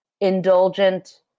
indulgent